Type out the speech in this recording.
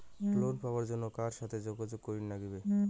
Loan পাবার জন্যে কার সাথে যোগাযোগ করিবার লাগবে?